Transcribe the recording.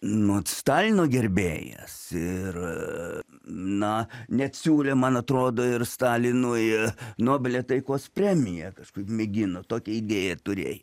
nu stalino gerbėjas ir na net siūlė man atrodo ir stalinui nobelio taikos premiją kažkur mėgino tokią idėją turėjo